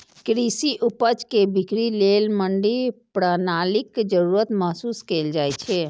कृषि उपज के बिक्री लेल मंडी प्रणालीक जरूरत महसूस कैल जाइ छै